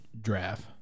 draft